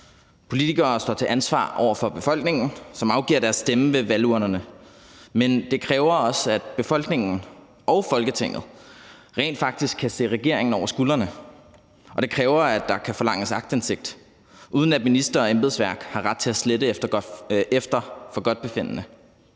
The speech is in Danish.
politikere står til ansvar over for befolkningen, som afgiver deres stemme ved valgurnerne. Men det kræver også, at befolkningen og Folketinget rent faktisk kan se regeringen over skulderen, og det kræver, at der kan forlanges aktindsigt, uden at minister og embedsværk har ret til at slette efter forgodtbefindende.